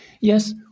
Yes